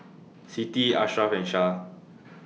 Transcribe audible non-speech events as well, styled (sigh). (noise) Siti (noise) Ashraff and Syah (noise)